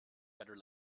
better